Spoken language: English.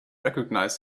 recognize